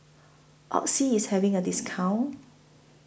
Oxy IS having A discount